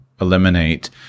eliminate